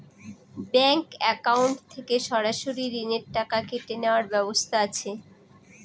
Bank account থেকে সরাসরি ঋণের টাকা কেটে নেওয়ার ব্যবস্থা আছে?